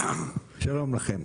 שלום לכם,